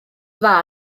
dda